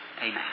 Amen